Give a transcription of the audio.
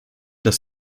das